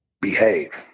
behave